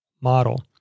model